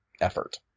effort